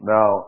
Now